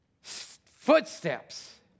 Footsteps